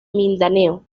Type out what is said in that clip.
mindanao